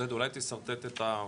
עודד, אולי תשרטט את הבעיות.